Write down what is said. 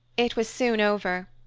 it was soon over,